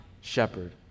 shepherd